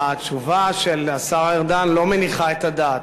התשובה של השר ארדן לא מניחה את הדעת,